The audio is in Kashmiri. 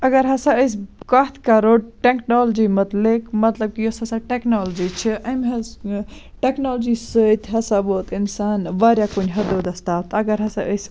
اَگر ہسا أسۍ کَتھ کرو ٹیکنالجی مُتعلِق مطلب کہِ یۄس ہسا ٹیکنالجی چھِ أمۍ حظ ٹیکنالجی سۭتۍ ہسا ووت اِنسان واریاہ کُنہِ حدوٗدس تانۍ اَگر ہسا أسۍ